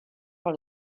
for